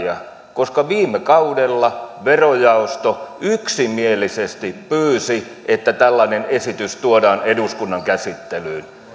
koska viime kaudella verojaosto yksimielisesti pyysi että tällainen esitys tuodaan eduskunnan käsittelyyn